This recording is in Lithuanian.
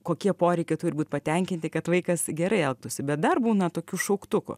kokie poreikiai turi būt patenkinti kad vaikas gerai elgtųsi bet dar būna tokių šauktukų